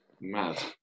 mad